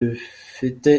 rifite